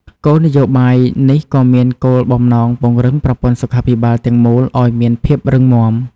គោលនយោបាយនេះក៏មានគោលបំណងពង្រឹងប្រព័ន្ធសុខាភិបាលទាំងមូលឱ្យមានភាពរឹងមាំ។